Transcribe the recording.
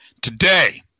Today